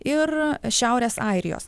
ir šiaurės airijos